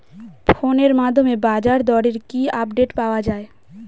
ফোনের মাধ্যমে বাজারদরের কি আপডেট পাওয়া যায়?